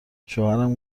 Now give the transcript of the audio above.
شوهرم